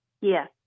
Yes